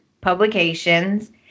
Publications